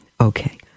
Okay